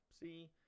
see